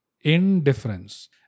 indifference